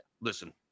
Listen